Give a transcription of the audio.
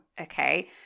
okay